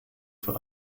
für